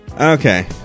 Okay